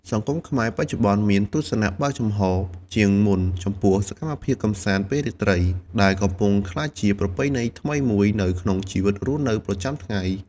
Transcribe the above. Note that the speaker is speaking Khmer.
សង្គមខ្មែរបច្ចុប្បន្នមានទស្សនៈបើកចំហរជាងមុនចំពោះសកម្មភាពកម្សាន្តពេលរាត្រី ដែលកំពុងក្លាយជាប្រពៃណីថ្មីមួយនៅក្នុងជីវិតរស់នៅប្រចាំថ្ងៃ។